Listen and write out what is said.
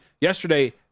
yesterday